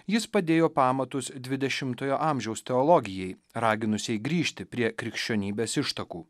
jis padėjo pamatus dvidešimtojo amžiaus teologijai raginusiai grįžti prie krikščionybės ištakų